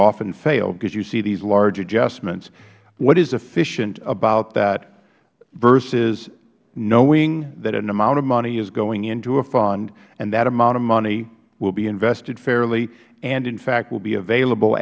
often fail because you see these large adjustments what is efficient about that versus knowing that an amount of money is going into a fund and that amount of money will be invested fairly and in fact will be available